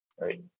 right